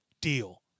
Deal